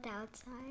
outside